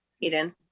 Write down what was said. Eden